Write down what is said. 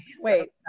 Wait